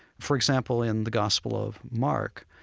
for example, in the gospel of mark,